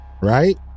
Right